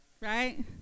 right